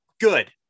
Good